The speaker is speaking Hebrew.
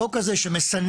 לא כזה שמסנן,